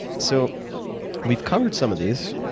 so we've covered some of these.